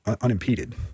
unimpeded